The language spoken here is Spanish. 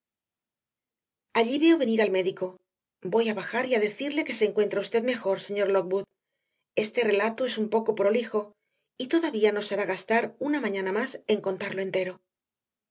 veo venir al médico voy a bajar y a decirle que se encuentra usted mejor señor lockwood este relato es un poco prolijo y todavía nos hará gastar una mañana más en contarlo entero